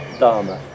Dharma